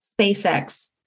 SpaceX